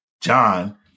John